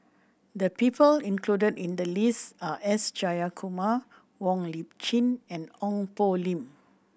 the people included in the list are S Jayakumar Wong Lip Chin and Ong Poh Lim